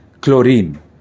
chlorine